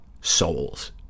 souls